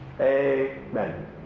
Amen